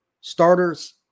Starters